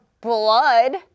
blood